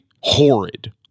horrid